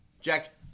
Jack